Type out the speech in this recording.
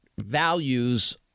values